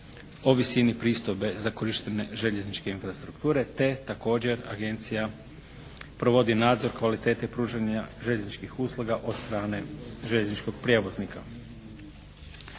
o visini pristojbe za korištenje željezničke infrastrukture te također agencija provodi nadzor kvalitete pružanja željezničkih usluga od strane željezničkog prijevoznika.